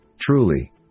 Truly